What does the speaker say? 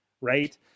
Right